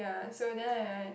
and so then I I I